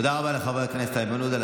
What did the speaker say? תודה רבה לחבר הכנסת איימן עודה.